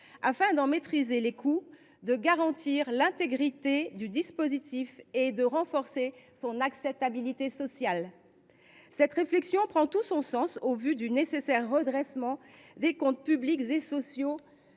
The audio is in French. afin de maîtriser les coûts de l’AME, de garantir l’intégrité du dispositif et de renforcer son acceptabilité sociale. Si cette réflexion prend tout son sens au regard du nécessaire redressement des comptes publics et sociaux